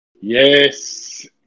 Yes